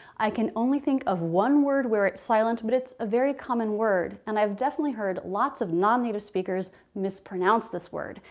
i can only think of one word where it's silent but it's a very common word and i've definitely heard lots of non-native speakers mispronounce this word.